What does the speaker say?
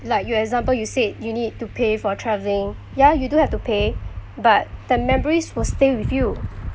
like your example you said you need to pay for travelling ya you do have to pay but the memories will stay with you